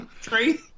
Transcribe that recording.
Three